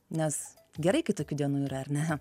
nes gerai kai tokių dienų yra ar ne